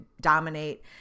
dominate